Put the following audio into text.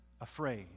afraid